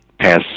pass